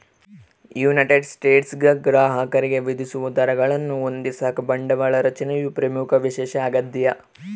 United ಸ್ಟೇಟ್ಸ್ನಾಗ ಗ್ರಾಹಕರಿಗೆ ವಿಧಿಸುವ ದರಗಳನ್ನು ಹೊಂದಿಸಾಕ ಬಂಡವಾಳ ರಚನೆಯು ಪ್ರಮುಖ ವಿಷಯ ಆಗ್ಯದ